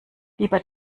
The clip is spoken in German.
lieber